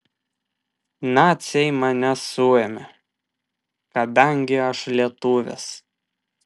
naciai mane suėmė kadangi aš lietuvis